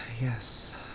yes